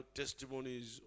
testimonies